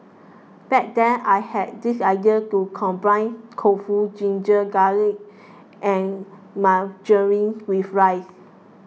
back then I had this idea to combine tofu ginger garlic and margarine with rice